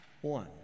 one